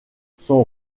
son